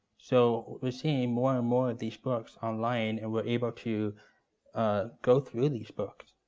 so we're seeing more and more of these books online, and we're able to go through these books,